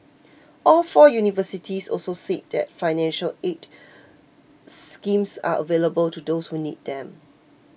all four universities also said that financial aid schemes are available to those who need them